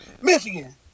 Michigan